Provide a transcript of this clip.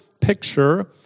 picture